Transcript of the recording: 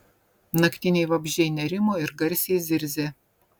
naktiniai vabzdžiai nerimo ir garsiai zirzė